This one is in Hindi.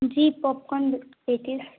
ji popcorn with patties